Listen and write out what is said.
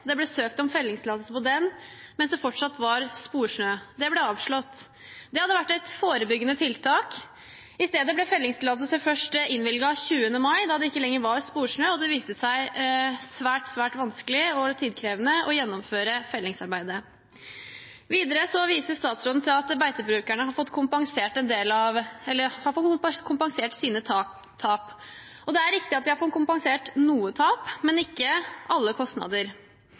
Det ble søkt om fellingstillatelse på denne ulven mens det fortsatt var sporsnø. Det ble avslått. Det hadde vært et forebyggende tiltak. I stedet ble fellingstillatelse innvilget først 20. mai, da det ikke lenger var sporsnø. Det viste seg svært, svært vanskelig og tidkrevende å gjennomføre fellingsarbeidet. Videre viser statsråden til at beitebrukerne har fått kompensert sine tap. Det er riktig at de har fått kompensert noen tap, men ikke alle kostnader.